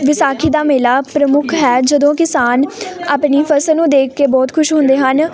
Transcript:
ਵਿਸਾਖੀ ਦਾ ਮੇਲਾ ਪ੍ਰਮੁੱਖ ਹੈ ਜਦੋਂ ਕਿਸਾਨ ਆਪਣੀ ਫ਼ਸਲ ਨੂੰ ਦੇਖ ਕੇ ਬਹੁਤ ਖੁਸ਼ ਹੁੰਦੇ ਹਨ